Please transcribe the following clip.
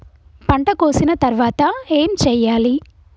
పంట కోసిన తర్వాత ఏం చెయ్యాలి?